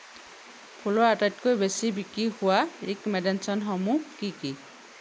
ফুলৰ আটাইতকৈ বেছি বিক্ৰী হোৱা ৰিক'মেণ্ডেশ্যনসমূহ কি কি